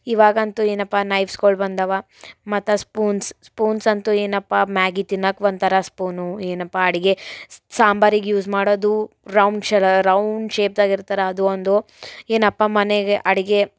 ಇವಾಗಂತೂ ಏನಪ್ಪ ನೈಫ್ಸ್ಗಳು ಬಂದವೆ ಮತ್ತು ಸ್ಪೂನ್ಸ್ ಸ್ಪೂನ್ಸ್ ಅಂತೂ ಏನಪ್ಪ ಮ್ಯಾಗಿ ತಿನ್ನಕ್ಕ ಒಂದು ಥರ ಸ್ಪೂನು ಏನಪ್ಪ ಅಡುಗೆ ಸಾಂಬಾರಿಗೆ ಯೂಸ್ ಮಾಡೋದು ರೌಂಡ್ ಶರಾ ರೌಂಡ್ ಶೇಪ್ದಾಗಿರ್ತಾರ ಅದು ಒಂದು ಏನಪ್ಪ ಮನೆಗೆ ಅಡುಗೆ